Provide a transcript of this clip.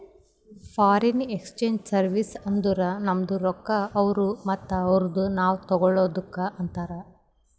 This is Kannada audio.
ಫಾರಿನ್ ಎಕ್ಸ್ಚೇಂಜ್ ಸರ್ವೀಸ್ ಅಂದುರ್ ನಮ್ದು ರೊಕ್ಕಾ ಅವ್ರು ಮತ್ತ ಅವ್ರದು ನಾವ್ ತಗೊಳದುಕ್ ಅಂತಾರ್